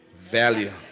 Value